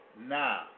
now